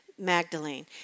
Magdalene